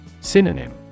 Synonym